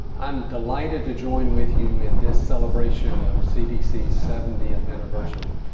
i'm delighted to join with you in this celebration of cdc's seventieth anniversary.